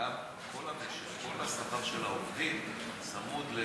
כל המשק, כל השכר של העובדים צמוד,